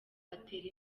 atera